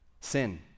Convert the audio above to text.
sin